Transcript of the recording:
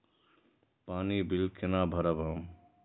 पानी बील केना भरब हम?